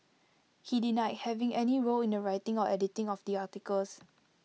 he denied having any role in the writing or editing of the articles